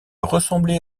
ressemblait